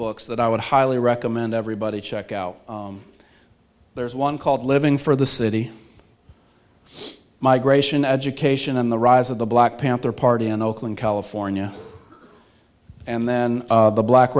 books that i would highly recommend everybody check out there's one called living for the city migration education and the rise of the black panther party in oakland california and then the black